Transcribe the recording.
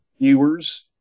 viewers